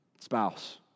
Spouse